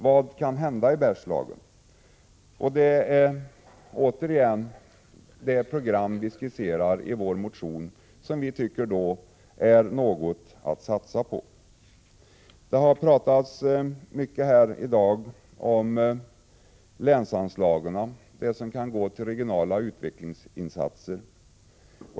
Vad kan hända i Bergslagen? Det är återigen det program som vi skisserat i vår motion som vi tycker är något att satsa på. Det har talats mycket här i dag om länsanslaget, de medel som kan gå till regionala utvecklingsinsatser.